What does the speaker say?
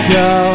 go